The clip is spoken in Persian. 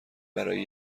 برای